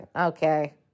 okay